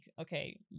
okay